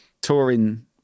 touring